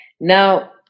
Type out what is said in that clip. Now